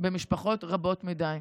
במשפחות רבות מדי.